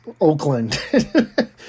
Oakland